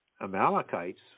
Amalekites